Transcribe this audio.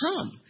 come